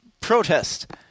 protest